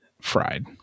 fried